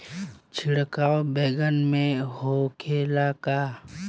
छिड़काव बैगन में होखे ला का?